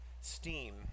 steam